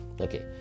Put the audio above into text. Okay